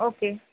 okay